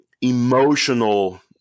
emotional